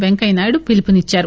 పెంకయ్యనాయుడు పిలుపునిచ్చారు